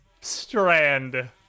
strand